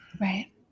Right